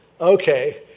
okay